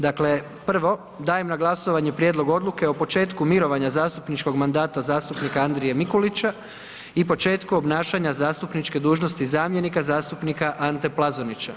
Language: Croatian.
Dakle, prvo dajem na glasovanje Prijedlog Odluke o početku mirovanja zastupničkog mandata zastupnika Andrije Mikulića i početku obnašanja zastupničke dužnosti zamjenika zastupnika Ante Plazonića.